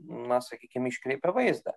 na sakykim iškreipia vaizdą